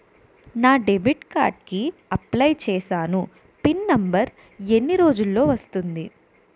నా debit card కి apply చూసాను పిన్ నంబర్ ఎన్ని రోజుల్లో వస్తుంది?